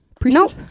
Nope